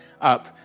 up